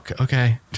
okay